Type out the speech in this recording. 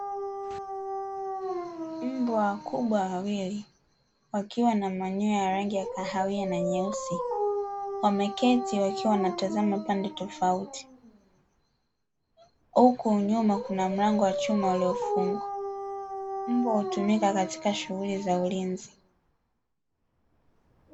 Mbwa wakubwa wawili wakiwa na manyoya ya rangi ya kahawia na nyeusi, wameketi wakiwa wanatazama pande tofauti, uku nyuma kuna mlango wa chuma uliofungwa, mbwa hutumika katika shughuli za ulinzi.